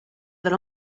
that